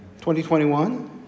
2021